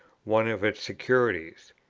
one of its securities.